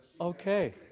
Okay